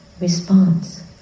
response